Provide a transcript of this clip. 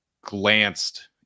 glanced